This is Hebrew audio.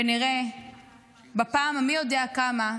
ונראה בפעם המי-יודע כמה,